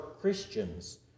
christians